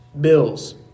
bills